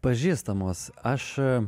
pažįstamos aš